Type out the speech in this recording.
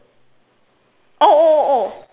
oh oh oh oh